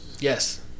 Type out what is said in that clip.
Yes